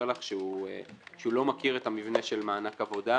לך שהוא לא מכיר את המבנה של מענק העבודה,